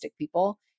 people